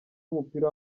w’umupira